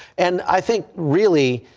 and i think really,